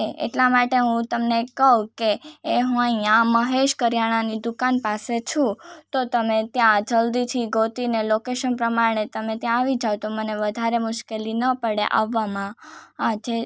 એ એટલા માટે હું તમને કહું કે એ હું અહીંયા મહેશ કરિયાણાની દુકાન પાસે છું તો તમે ત્યાં જલ્દીથી ગોતીને લોકેસન પ્રમાણે તમે ત્યાં આવી જાવ તો મને વધારે મુશ્કેલી ન પડે આવવામાં આજે